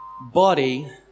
body